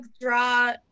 draw